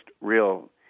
real